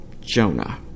Jonah